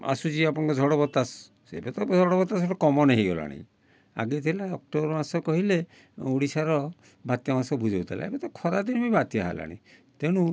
ଆସୁଛି ଆପଣଙ୍କ ଝଡ଼ ବତାସ ସେ ଏବେ ତ ଝଡ଼ ବତାସ ଏବେ କମନ୍ ହେଇଗଲାଣି ଆଗେ ଥିଲା ଅକ୍ଟୋବର ମାସ କହିଲେ ଓଡ଼ିଶାର ବାତ୍ୟାମାସ ବୁଝାଉଥିଲା ଏବେ ତ ଖରାଦିନେ ବି ବାତ୍ୟା ହେଲାଣି ତେଣୁ